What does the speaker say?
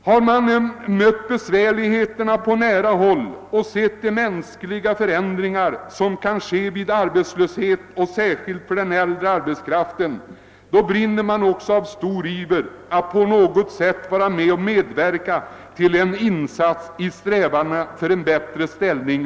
Om man har sett besvärligheterna på nära håll och har kunnat iaktta vilka påfrestningar människor kan utsättas för vid arbetslöshet, särskilt när det gäller äldre arbetskraft, grips man av en brinnande iver att på något sätt göra en insats i strävandena för att ge dem en bättre ställning.